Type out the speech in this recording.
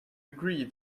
agree